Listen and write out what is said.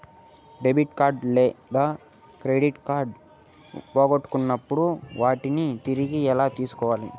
debit లేదా credit కార్డులు పోగొట్టుకున్నప్పుడు వాటిని తిరిగి ఎలా తీసుకోవాలి